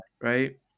Right